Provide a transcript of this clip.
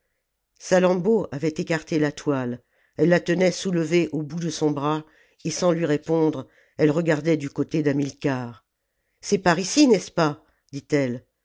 salammbô avait écarté la toile elle la tenait soulevée au bout de son bras et sans lui répondre elle regardait du côté d'hamilcar c'est par ici n'est-ce pas dit elie